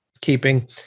keeping